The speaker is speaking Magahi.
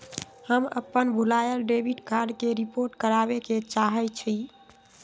हम अपन भूलायल डेबिट कार्ड के रिपोर्ट करावे के चाहई छी